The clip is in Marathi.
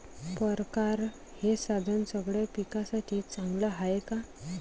परकारं हे साधन सगळ्या पिकासाठी चांगलं हाये का?